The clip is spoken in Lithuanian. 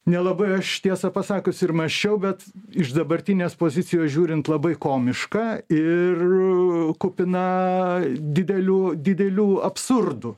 nelabai aš tiesą pasakius ir mąsčiau bet iš dabartinės pozicijos žiūrint labai komiška ir kupina didelių didelių absurdų